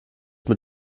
mit